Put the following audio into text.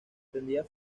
pretendía